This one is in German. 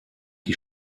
die